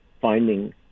finding